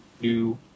new